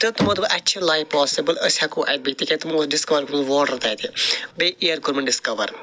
تہٕ تِمو دوٚپ اَسہِ چھِ لایِف پاسِبٕل أسۍ ہٮ۪کو اَتہِ بِہِتھ تِکیٛازِ تِمو اوس ڈِسکور واٹر تَتہِ بیٚیہِ اِیر کوٚرمُت دِسکور